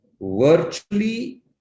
virtually